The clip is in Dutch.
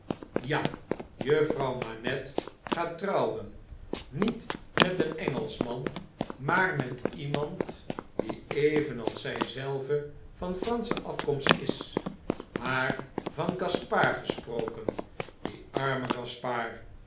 ja juffrouw manette gaat trouwen niet met een engelschman maar met iemand die evenals zij zelve van eransche afkomst is maar van gaspard gesproken die arme gaspard